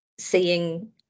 seeing